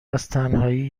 ازتنهایی